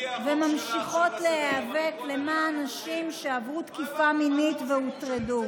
וממשיכות להיאבק למען נשים שעברו תקיפה מינית והוטרדו.